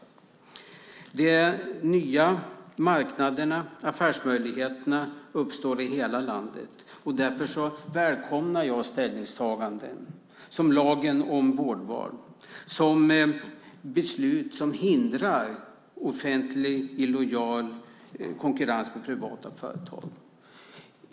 De nya marknaderna och affärsmöjligheterna uppstår i hela landet. Därför välkomnar jag ställningstaganden, till exempel lagen om vårdval, och beslut som hindrar offentlig illojal konkurrens med privata företag.